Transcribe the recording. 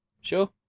sure